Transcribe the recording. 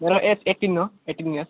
मेरो age eighteen हो eighteen years